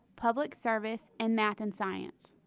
public service, and math and science!